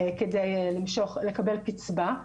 כדי לקבל קיצבה.